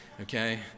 Okay